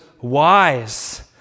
wise